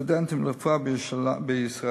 הסטודנטים לרפואה בישראל.